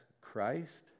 Christ